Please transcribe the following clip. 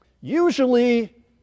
Usually